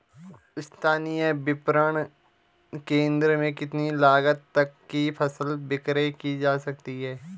स्थानीय विपणन केंद्र में कितनी लागत तक कि फसल विक्रय जा सकती है?